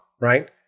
right